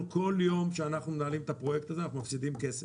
אנחנו כל יום שאנחנו מנהלים את הפרויקט הזה אנחנו מפסידים כסף.